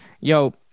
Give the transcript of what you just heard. Yo